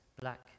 black